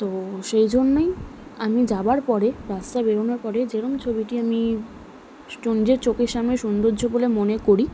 তো সেই জন্যই আমি যাওয়ার পরে রাস্তায় বেরনোর পরে যেরকম ছবিটি আমি নিজের চোখের সামনে সৌন্দর্য বলে মনে করি